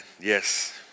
Yes